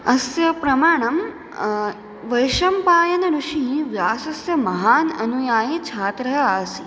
अस्य प्रमाणं वैशम्पायनऋषिः व्यासस्य महान् अनुयायी छात्रः आसीत्